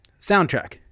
soundtrack